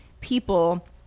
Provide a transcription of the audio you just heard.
people